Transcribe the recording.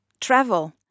travel